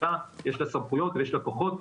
יש לה סמכויות ויש לה כוחות,